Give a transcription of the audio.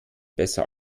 besser